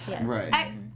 Right